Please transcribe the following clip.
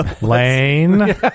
Lane